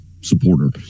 supporter